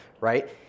right